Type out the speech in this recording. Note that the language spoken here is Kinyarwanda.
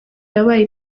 yabaye